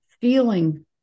feeling